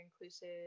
inclusive